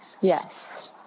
Yes